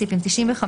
סעיפים 95,